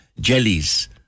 jellies